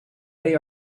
they